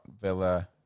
Villa